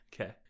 Okay